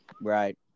Right